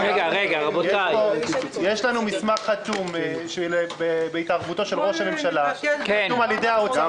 יש לנו מסמך חתום בהתערבותו של ראש הממשלה חתום בידי האוצר.